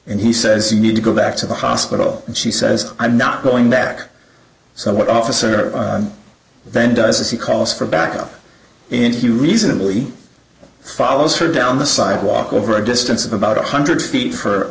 and he says you need to go back to the hospital and she says i'm not going back so what officer then does as he calls for backup in the reasonably follows her down the sidewalk over a distance of about one hundred feet for